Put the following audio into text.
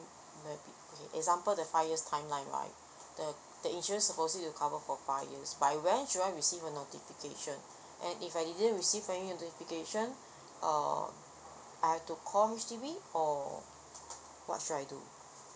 like okay example the five years timeline right the the insurance supposedly to cover for five years by when should I receive a notification and if I didn't receive any notification uh I've to call H_D_B or what should I do